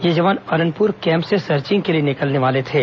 ये जवान अरनपुर कैंप से सर्चिंग के लिए निकलने वाले थे